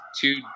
two